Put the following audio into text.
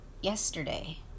yesterday